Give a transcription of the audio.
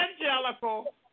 evangelical